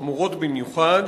חמורות במיוחד,